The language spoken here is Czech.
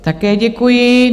Také děkuji.